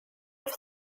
have